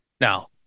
now